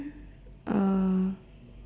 uh